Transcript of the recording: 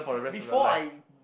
before I